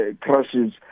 crashes